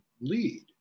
lead